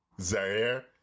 Zaire